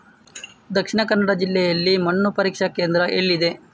ದಕ್ಷಿಣ ಕನ್ನಡ ಜಿಲ್ಲೆಯಲ್ಲಿ ಮಣ್ಣು ಪರೀಕ್ಷಾ ಕೇಂದ್ರ ಎಲ್ಲಿದೆ?